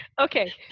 Okay